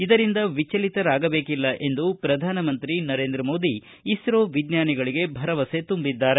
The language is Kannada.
ಇದರಿಂದ ವಿಚಲಿತರಾಗಬೇಕಿಲ್ಲ ಎಂದು ಶ್ರಧಾನ ಮಂತ್ರಿ ನರೇಂದ್ರ ಮೋದಿ ಇಸ್ರೋ ವಿಜ್ಞಾನಿಗಳಿಗೆ ಭರವಸೆ ತುಂಬಿದ್ದಾರೆ